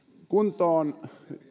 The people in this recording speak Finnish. kuntoon